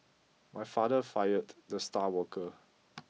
my father fired the star worker